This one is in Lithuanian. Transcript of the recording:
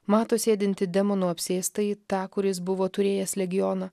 mato sėdintį demonų apsėstąjį tą kuris buvo turėjęs legioną